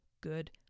good